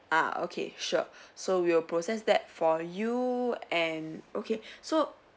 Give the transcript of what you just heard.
ah okay sure so we'll process that for you and okay so